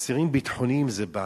אסירים ביטחוניים זה בעיה.